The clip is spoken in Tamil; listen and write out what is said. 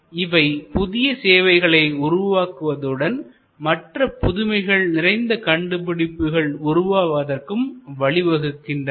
மேலும் இவை புதிய சேவைகளை உருவாக்குவதுடன் மற்ற புதுமைகள் நிறைந்த கண்டுபிடிப்புகள் உருவாவதற்கும் வழிவகுக்கின்றன